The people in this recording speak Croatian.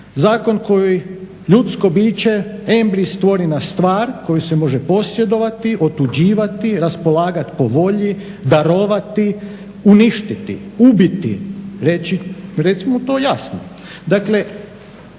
zakon koji ljudsko biće embrij stvori na stvar koju se može posjedovati, otuđivati, raspolagati po volji, darovati, uništiti, ubiti. Recimo to jasno.